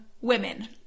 women